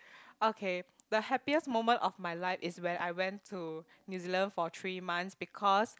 okay the happiest moment of my life is when I went to New Zealand for three months because